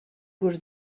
gust